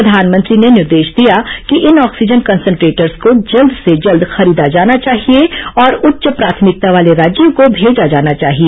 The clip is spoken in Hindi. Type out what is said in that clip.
प्रधानमंत्री ने निर्देश दिया कि इन ऑक्सीजन कंसेंट्रेटर्स को जल्द से जल्द खरीदा जाना चाहिए और उच्च प्राथमिकता वाले राज्यों को भेजा जाना चाहिए